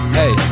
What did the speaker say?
hey